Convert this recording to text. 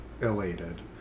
elated